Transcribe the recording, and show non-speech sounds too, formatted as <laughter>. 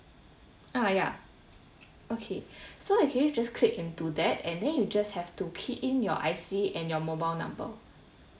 ah ya okay <breath> so ah can you just click into that and then you just have to key in your I_C and your mobile number